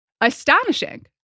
astonishing